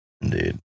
Indeed